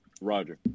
Roger